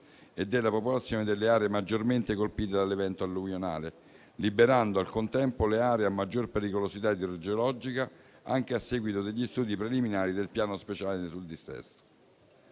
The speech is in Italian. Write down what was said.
e della popolazione delle aree maggiormente colpite dall'evento alluvionale, liberando al contempo le aree a maggior pericolosità idrogeologica, anche a seguito degli studi preliminari del Piano speciale sul dissesto,